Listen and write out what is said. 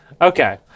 Okay